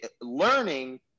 learning